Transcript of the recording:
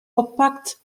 oppakt